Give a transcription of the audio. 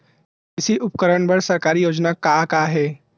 कृषि उपकरण बर सरकारी योजना का का हे?